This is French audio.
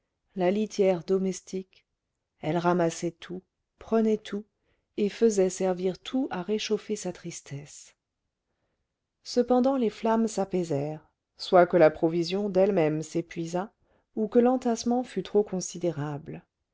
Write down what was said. la litière domestique elle ramassait tout prenait tout et faisait servir tout à réchauffer sa tristesse cependant les flammes s'apaisèrent soit que la provision d'ellemême s'épuisât ou que l'entassement fût trop considérable